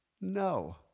No